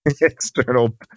external